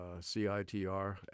CITR